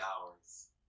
hours